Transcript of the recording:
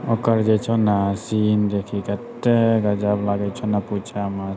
ओकर जे सीन देखिकऽ गजब लागै छौ पूछ मत